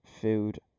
food